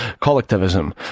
collectivism